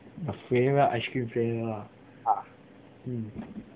favourite ice cream flavour ah hmm